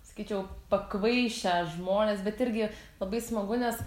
sakyčiau pakvaišę žmonės bet irgi labai smagu nes